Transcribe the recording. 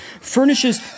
furnishes